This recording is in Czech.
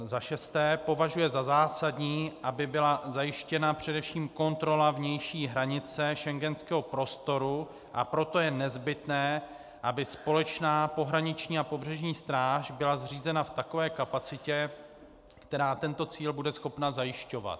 za šesté považuje za zásadní, aby byla zajištěna především kontrola vnější hranice schengenského prostoru, a proto je nezbytné, aby společná pohraniční a pobřežní stráž byla zřízena v takové kapacitě, která tento cíl bude schopna zajišťovat;